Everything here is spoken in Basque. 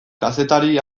kazetari